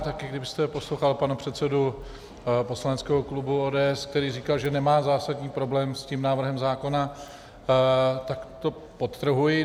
A kdybyste poslouchal pana předsedu poslaneckého klubu ODS, který říkal, že nemá zásadní problém s tím návrhem zákona, tak to podtrhuji.